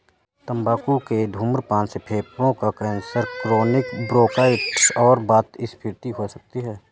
तंबाकू के धूम्रपान से फेफड़ों का कैंसर, क्रोनिक ब्रोंकाइटिस और वातस्फीति हो सकती है